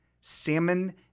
salmon